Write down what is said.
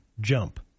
jump